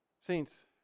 Saints